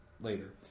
Later